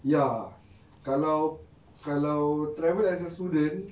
ya kalau kalau travel as a student